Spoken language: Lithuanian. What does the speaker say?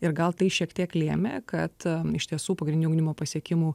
ir gal tai šiek tiek lėmė kad iš tiesų pagrindinio ugdymo pasiekimų